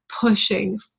pushing